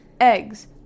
Eggs